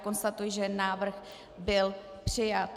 Konstatuji, že návrh byl přijat.